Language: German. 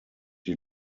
die